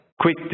quick